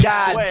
God